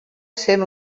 ser